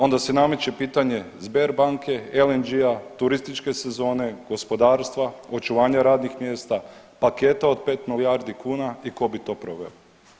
Ona se nameće pitanje Sberbanke, LNG-a, turističke sezone, gospodarstva, očuvanja radnih mjesta, paketa od pet milijardi kuna i tko bi to proveo.